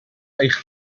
eich